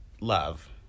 love